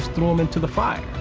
threw him into the fire.